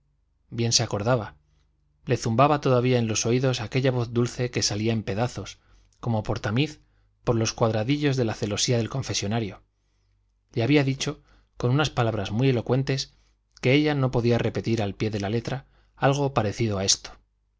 bien se acordaba le zumbaba todavía en los oídos aquella voz dulce que salía en pedazos como por tamiz por los cuadradillos de la celosía del confesonario le había dicho con unas palabras muy elocuentes que ella no podía repetir al pie de la letra algo parecido a esto